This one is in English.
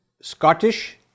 Scottish